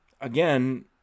again